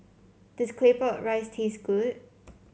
does Claypot Rice taste good